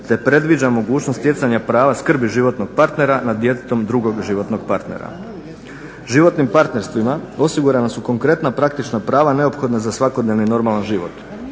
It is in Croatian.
te predviđa mogućnost stjecanja prava skrbi životnog partnera nad djetetom drugog životnog partnera. Životnim partnerstvima osigurana su konkretna praktična prava neophodna za svakodnevni normalan život.